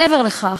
מעבר לכך,